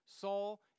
Saul